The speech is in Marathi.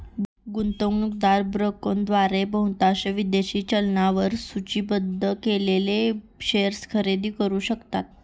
गुंतवणूकदार ब्रोकरद्वारे बहुतांश विदेशी चलनांवर सूचीबद्ध केलेले शेअर्स खरेदी करू शकतात